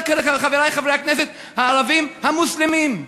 חברי חברי הכנסת הערבים המוסלמים,